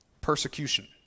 persecution